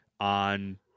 on